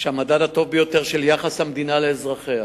שהמדד הטוב ביותר של יחס המדינה לאזרחיה